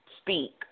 speak